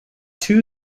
two